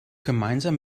gemeinsam